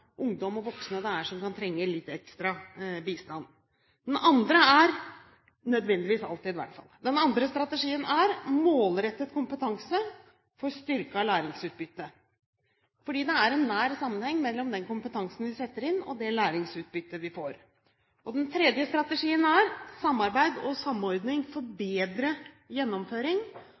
ungdom og voksne det er som kan trenge litt ekstra bistand – ikke nødvendigvis alltid i hvert fall. Den andre strategien er målrettet kompetanse for styrket læringsutbytte, fordi det er en nær sammenheng mellom den kompetansen vi setter inn, og det læringsutbyttet vi får. Den tredje strategien er samarbeid og samordning for bedre gjennomføring.